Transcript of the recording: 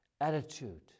attitude